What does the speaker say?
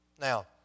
Now